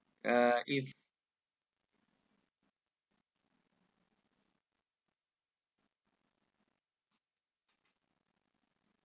uh if